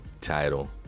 title